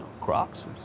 Crocs